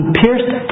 pierced